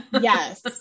Yes